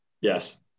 yes